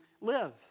live